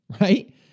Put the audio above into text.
right